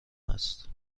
هست